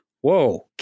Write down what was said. whoa